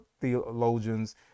theologians